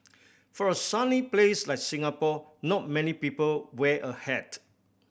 for a sunny place like Singapore not many people wear a hat